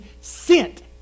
sent